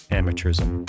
amateurism